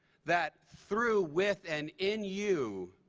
that through, with, and in you,